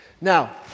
Now